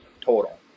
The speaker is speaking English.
total